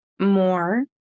more